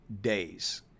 days